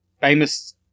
famous